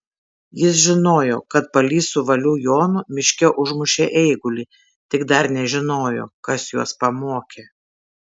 jis žinojo kad palys su valių jonu miške užmušė eigulį tik dar nežinojo kas juos pamokė